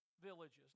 villages